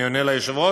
אני עונה ליושב-ראש: